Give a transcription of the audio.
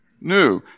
new